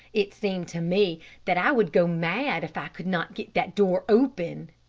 it seemed to me that i would go mad if i could not get that door open.